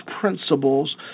principles